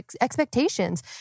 expectations